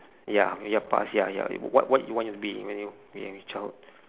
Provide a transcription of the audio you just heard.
ya your past ya ya w~ what you want to be when you when you in childhood